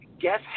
Guess